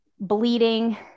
bleeding